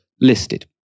listed